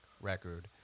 record